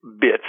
bits